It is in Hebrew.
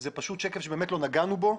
זה שקף שבאמת לא נגענו בו,